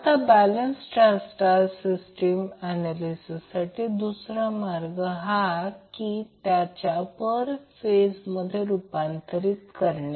आता balance star star system ऍनॅलिसिससाठी दुसरा मार्ग हा की त्याला पर फेज मध्ये रूपांतर करणे